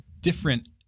different